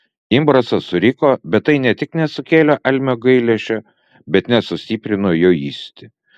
imbrasas suriko bet tai ne tik nesukėlė almio gailesčio bet net sustiprino jo įsiūtį